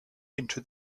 into